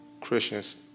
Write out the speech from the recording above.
Christians